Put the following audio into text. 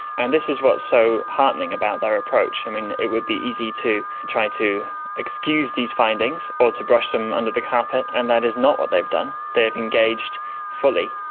and this is what is so heartening about their approach. and it would be easy to try to excuse these findings or to brush them under the carpet, and that is not what they've done, they've engaged fully.